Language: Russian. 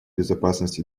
безопасность